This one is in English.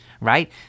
right